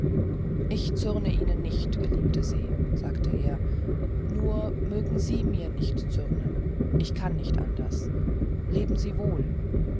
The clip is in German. ich zürne ihnen nicht geliebte se sagte er nur mögen sie mir nicht zürnen aber ich kann nicht anders leben sie wohl